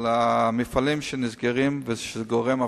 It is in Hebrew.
המפעלים שנסגרים ועל האבטלה שזה גורם.